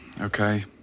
Okay